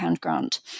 grant